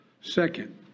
Second